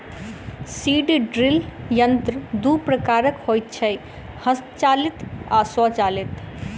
seed drill यंत्र दू प्रकारक होइत छै, हस्तचालित आ स्वचालित